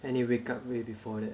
I need to wake up way before that